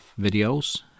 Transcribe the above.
videos